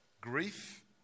Grief